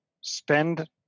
spend